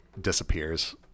disappears